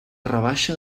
rebaixa